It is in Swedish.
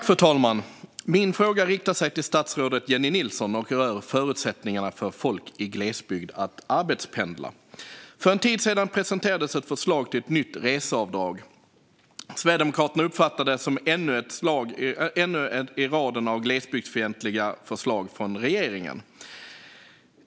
Fru talman! Min fråga riktar sig till statsrådet Jennie Nilsson och rör förutsättningarna för folk i glesbygd att arbetspendla. För en tid sedan presenterades ett förslag till ett nytt reseavdrag. Sverigedemokraterna uppfattar det som ännu ett i raden av glesbygdsfientliga förslag från regeringen.